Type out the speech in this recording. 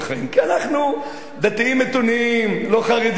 כי אנחנו דתיים מתונים, לא חרדים.